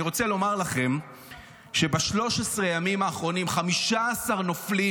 אני רוצה לומר לכם שב-13 הימים האחרונים 15 נופלים,